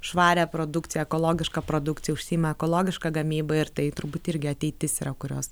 švarią produkciją ekologišką produkciją užsiima ekologiška gamyba ir tai turbūt irgi ateitis yra kurios